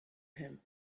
him